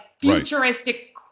futuristic